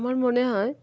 আমার মনে হয়